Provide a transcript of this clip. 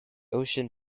ocean